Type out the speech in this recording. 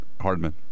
Hardman